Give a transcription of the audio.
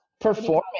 performing